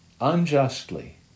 unjustly